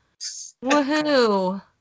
Woohoo